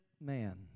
man